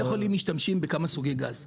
בתי חולים משתמשים בכמה סוגי גז.